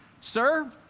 Sir